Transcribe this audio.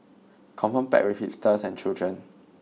confirm packed with hipsters and children